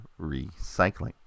recycling